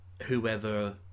whoever